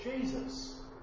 Jesus